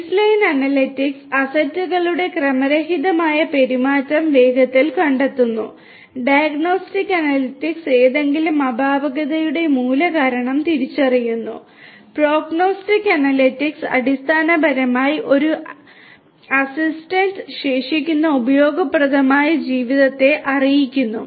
baseline analytics അടിസ്ഥാനപരമായി ഒരു അസറ്റിന്റെ ശേഷിക്കുന്ന ഉപയോഗപ്രദമായ ജീവിതത്തെക്കുറിച്ച് അറിയിക്കുന്നു